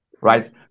right